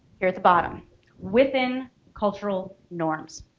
here at the bottom within cultural norms